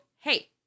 Hey